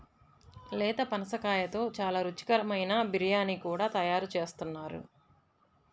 లేత పనసకాయతో చాలా రుచికరమైన బిర్యానీ కూడా తయారు చేస్తున్నారు